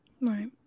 Right